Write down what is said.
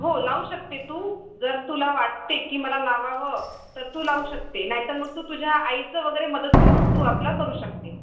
हो लावू शकते तू जर तुला वाटते की मला लावावं तर तू लावू शकते नाहीतर मग तू तुझ्या आईचं वगैरे मदत घेऊन तू आपलं करू शकते